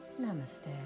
Namaste